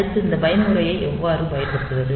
அடுத்து இந்த பயன்முறையை எவ்வாறு பயன்படுத்துவது